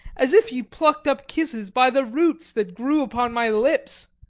as if he pluck'd up kisses by the roots, that grew upon my lips